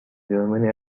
germany